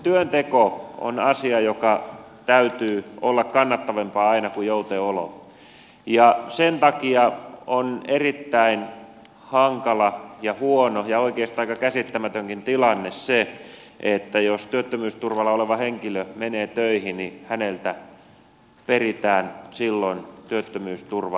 työnteko on asia jonka täytyy olla kannattavampaa aina kuin joutenolo ja sen takia on erittäin hankala ja huono ja oikeastaan aika käsittämätönkin tilanne se että jos työttömyysturvalla oleva henkilö menee töihin niin häneltä peritään silloin työttömyysturva pois